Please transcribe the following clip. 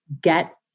get